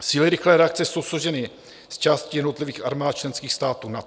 Síly rychlé reakce jsou složeny z částí jednotlivých armád členských států NATO.